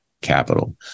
capital